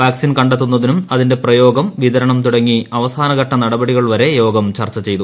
vaccine കണ്ടെത്തുന്നതും അതിന്റെ പ്രയോഗം വിതരണം തുടങ്ങി അവസാന ഘട്ട നടപടികൾ വരെ യോഗം ചർച്ച ചെയ്തു